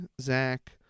Zach